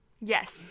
Yes